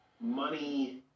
money